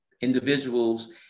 individuals